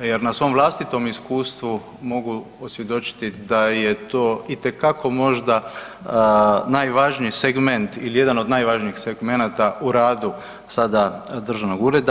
jer na svom vlastitom iskustvu mogu osvjedočiti da je to itekako možda najvažniji segment ili jedan od najvažnijih segmenata u radu sada državnog ureda.